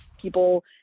People